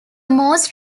most